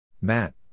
Matt